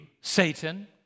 Satan